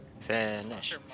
Finish